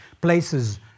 places